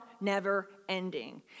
never-ending